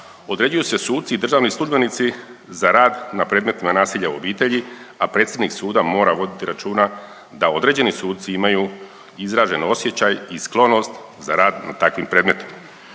određuju se suci i državni službenici za rad na predmetima nasilja u obitelji, a predsjednik suda mora voditi računa da određeni suci imaju izražen osjećaj i sklonost za rad na takvim predmetima,